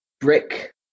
Brick